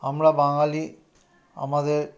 আমরা বাঙালি আমাদের